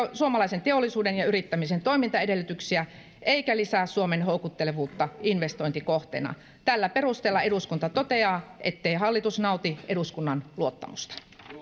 suomalaisen teollisuuden ja yrittämisen toimintaedellytyksiä eikä lisää suomen houkuttelevuutta investointikohteena tällä perusteella eduskunta toteaa ettei hallitus nauti eduskunnan luottamusta